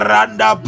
Randa